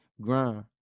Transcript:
grind